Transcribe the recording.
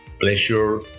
pleasure